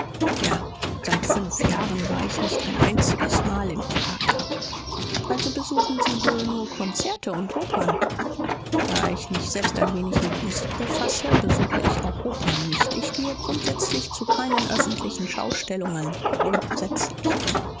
ja seit fünf jahren war ich nicht einziges mal im theater also besuchen sie wohl nur konzerte und opern da ich mich selbst ein wenig mit musik befasse besuche ich auch opern nicht ich gehe grundsätzlich zu keinen öffentlichen schaustellungen